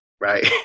Right